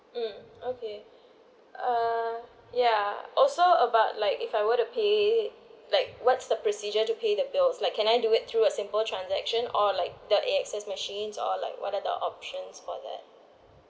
mm okay uh ya also about like if I were to pay like what's the procedure to pay the bills like can I do it through a simple transaction or like the A_S_F machine or like what are the options for that